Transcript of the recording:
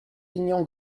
aignan